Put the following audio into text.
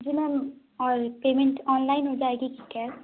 जी ma'am और payment online हो जाएगी ठीक है